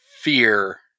fear